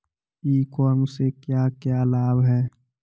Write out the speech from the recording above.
ई commerce से क्या क्या लाभ हैं?